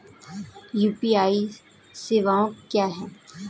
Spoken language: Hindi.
यू.पी.आई सवायें क्या हैं?